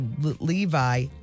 Levi